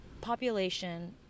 population